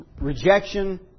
Rejection